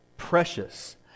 precious